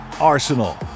arsenal